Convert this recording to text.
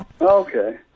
Okay